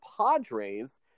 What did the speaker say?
Padres